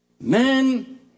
Men